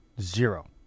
Zero